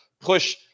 push